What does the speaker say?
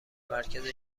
مرکز